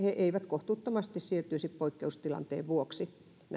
kohtuuttomasti siirtyisi poikkeustilanteen vuoksi